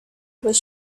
was